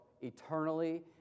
eternally